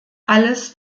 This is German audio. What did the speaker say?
alles